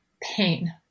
pain